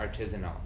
artisanal